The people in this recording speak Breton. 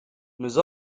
eus